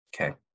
Okay